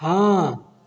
हाँ